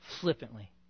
flippantly